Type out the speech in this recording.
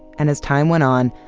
and, as time went on,